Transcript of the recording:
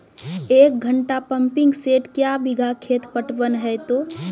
एक घंटा pumping set क्या बीघा खेत पटवन है तो?